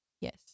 Yes